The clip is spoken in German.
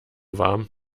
warm